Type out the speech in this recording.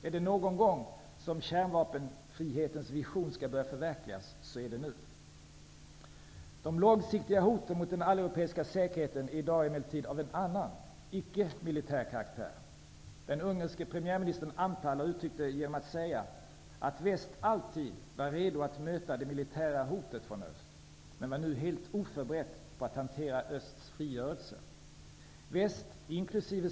Om det är någon gång som kärnvapenfrihetens vision skall börja förverkligas är det nu. De långsiktiga hoten mot den alleuropeiska säkerheten är i dag emellertid av en annan, icke militär karaktär. Den ungerske premiärministern Antall har uttryckt detta genom att säga att väst alltid var redo att möta det militära hotet från öst, men var helt oförberett på att hantera östs frigörelse. Väst, inkl.